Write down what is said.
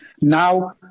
Now